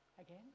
Again